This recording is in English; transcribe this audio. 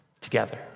together